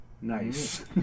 Nice